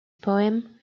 poem